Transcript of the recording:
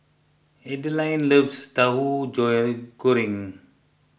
Adilene loves Tauhu Goreng